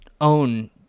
own